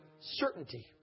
certainty